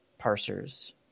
parsers